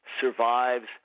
survives